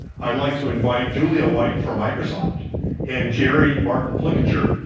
i'd like to invite julia white from microsoft and gerri martin-flickinger,